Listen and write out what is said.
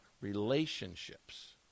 relationships